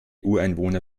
ureinwohner